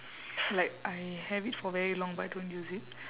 like I have it for very long but I don't use it